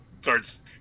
starts